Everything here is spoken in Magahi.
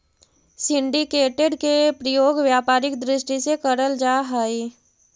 सिंडीकेटेड के प्रयोग व्यापारिक दृष्टि से करल जा हई